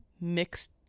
mixed